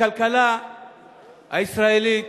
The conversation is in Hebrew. הכלכלה הישראלית,